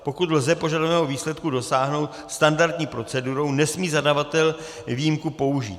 Pokud lze požadovaného výsledku dosáhnout standardní procedurou, nesmí zadavatel výjimku použít.